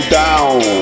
down